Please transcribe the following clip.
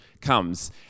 comes